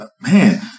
man